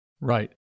Right